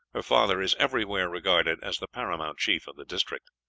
her father is everywhere regarded as the paramount chief of the district.